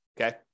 okay